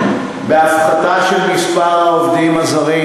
בהפחתה של מספר העובדים הזרים.